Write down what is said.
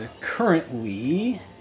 currently